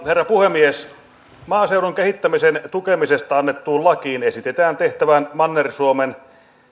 herra puhemies maaseudun kehittämisen tukemises ta annettuun lakiin esitetään tehtävän manner suomen